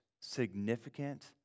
significant